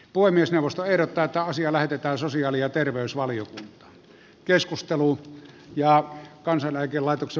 puhemiesneuvosto ehdottaa että asia lähetetään sosiaali ja terveysvaliokuntaan